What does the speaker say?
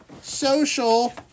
social